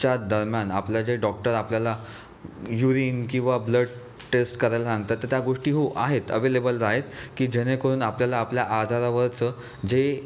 च्या दरम्यान आपलं जे डॉक्टर आपल्याला युरिन किंवा ब्लड टेस्ट करायला सांगतात तर त्या गोष्टी हो आहेत अवेलेबल आहेत की जेणेकरून आपल्याला आपल्या आजारावरचं जे